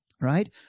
right